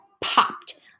popped